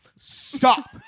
stop